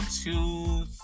two